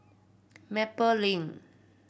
Maple Lane